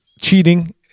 cheating